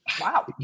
Wow